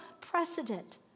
precedent